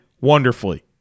wonderfully